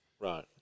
Right